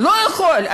לא יכול.